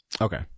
Okay